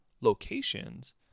locations